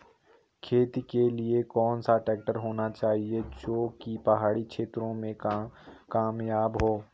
खेती के लिए कौन सा ट्रैक्टर होना चाहिए जो की पहाड़ी क्षेत्रों में कामयाब हो?